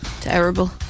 Terrible